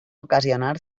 ocasionar